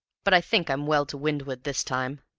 but i think i'm well to windward this time.